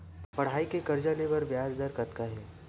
पढ़ई के कर्जा ले बर ब्याज दर कतका हे?